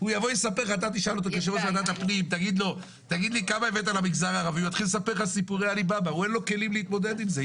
אין לו כלים להתמודד עם זה,